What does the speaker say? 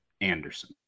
Anderson